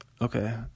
Okay